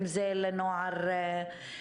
אם זה בקשר לנוער בסיכון,